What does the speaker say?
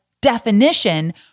definition